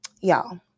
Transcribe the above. Y'all